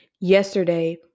yesterday